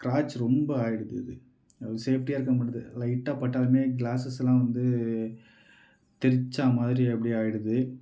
scratch ரொம்ப ஆயிடுது இது ஒரு சேஃப்டியாக இருக்கமாட்டேது லைட்டாக பட்டாலுமே க்ளாஸஸ்லாம் வந்து தெரிச்ச மாதிரி அப்படியே ஆயிடுது